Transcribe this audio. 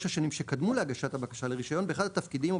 השנים שקדמו להגשת הבקשה לרישיון באחד התפקידים או